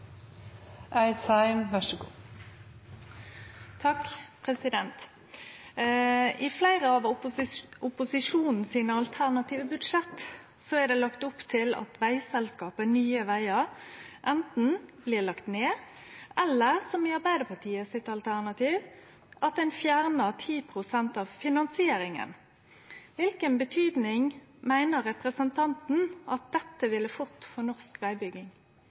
I fleire av dei alternative budsjetta til opposisjonen er det lagt opp til at vegselskapet Nye Vegar anten blir lagt ned, eller, som i alternativet til Arbeidarpartiet, at ein fjernar 10 pst. av finansieringa. Kva betyding meiner representanten dette ville fått for norsk